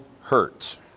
hurts